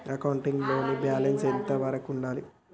Accounting లో balance ఎంత వరకు ఉండాలి?